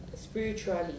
spiritually